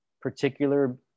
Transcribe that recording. particular